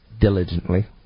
diligently